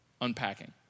unpacking